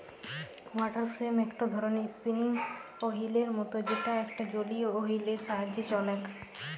water frame একটো ধরণের spinning ওহীলের মত যেটা একটা জলীয় ওহীল এর সাহায্যে চলেক